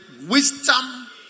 wisdom